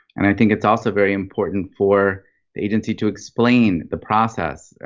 and i think it's also very important for the agency to explain the process,